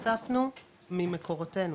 הוספנו ממקורותינו,